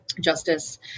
justice